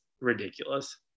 ridiculous